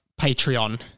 Patreon